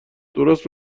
درست